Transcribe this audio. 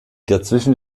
dazwischen